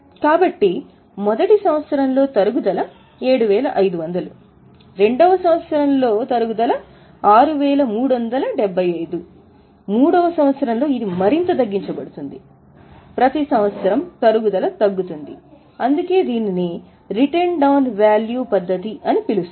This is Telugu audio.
కాబట్టి ఆస్తి విలువ అని పిలుస్తారు